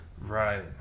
right